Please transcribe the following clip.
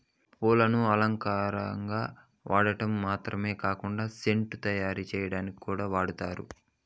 పూలను అలంకారంగా వాడటం మాత్రమే కాకుండా సెంటు తయారు చేయటానికి కూడా వాడతారు